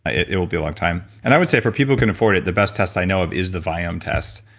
it won't be a long time. and i would say for people who can afford it, the best test i know of is the viome test.